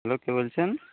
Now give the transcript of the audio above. hello কে বলছেন